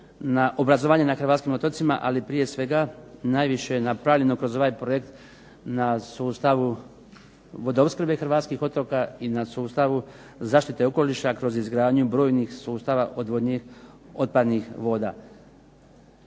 na obrazovanje na hrvatskim otocima. Ali prije svega, najviše je napravljeno kroz ovaj projekt na sustavu vodoopskrbe hrvatskih otoka i na sustavu zaštite okoliša kroz izgradnju brojnih sustava odvodnje otpadnih voda.